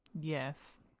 Yes